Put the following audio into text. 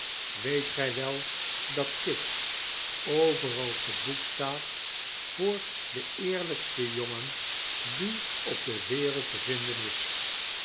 weet gij wel dat kit overal te boek staat voor den eerlijksten jongen die op de wereld te vinden is